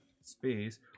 space